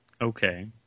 Okay